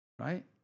right